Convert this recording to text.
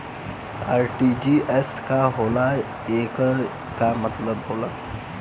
RTGS का होला एकर का मतलब होला?